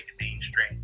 mainstream